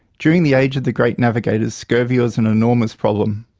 during the age of the great navigators scurvy was an enormous problem.